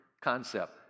concept